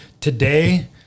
today –